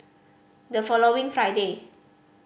the following Friday